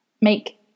Make